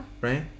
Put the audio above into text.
right